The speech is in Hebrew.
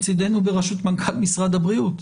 מצדנו בראשות מנכ"ל משרד הבריאות.